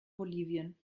bolivien